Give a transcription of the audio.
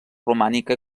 romànica